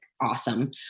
awesome